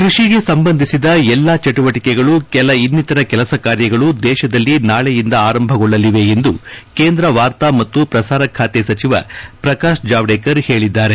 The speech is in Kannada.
ಕೃಷಿಗೆ ಸಂಬಂಧಿಸಿದ ಎಲ್ಲಾ ಚಟುವಟಿಕೆಗಳು ಕೆಲ ಇನ್ನಿತರ ಕೆಲಸ ಕಾರ್ಯಗಳು ದೇಶದಲ್ಲಿ ನಾಳೆಯಿಂದ ಆರಂಭಗೊಳ್ಳಲಿವೆ ಎಂದು ಕೇಂದ್ರ ವಾರ್ತಾ ಮತ್ತು ಪ್ರಸಾರ ಖಾತೆ ಸಚಿವ ಪ್ರಕಾಶ್ ಜಾವಡೇಕರ್ ಹೇಳಿದ್ದಾರೆ